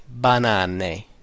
banane